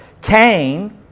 Cain